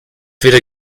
weder